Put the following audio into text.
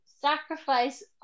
sacrifice